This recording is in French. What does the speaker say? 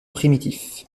primitif